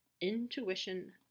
intuition